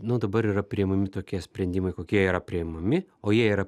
nu dabar yra priemami tokie sprendimai kokie yra priemami o jie yra